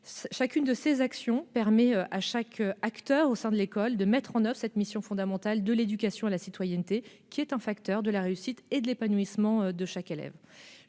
public. Ces actions permettent à chaque acteur présent au sein de l'école de mettre en oeuvre cette mission fondamentale de l'éducation à la citoyenneté, qui est un facteur de réussite et d'épanouissement des élèves.